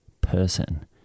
person